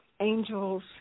angels